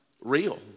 real